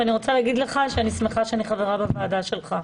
ואני רוצה להגיד לך שאני שמחה שאני חברה בוועדה שלך.